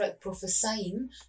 prophesying